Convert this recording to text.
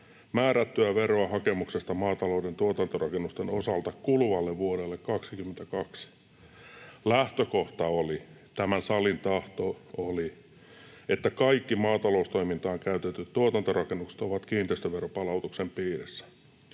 määrättyä veroa hakemuksesta maatalouden tuotantorakennusten osalta kuluvalle vuodelle 2022. Lähtökohta oli — tämän salin tahto oli — että kaikki maataloustoimintaan käytetyt tuotantorakennukset ovat kiinteistöveron palautuksen piirissä.